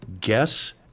Guess